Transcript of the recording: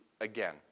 again